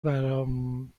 برام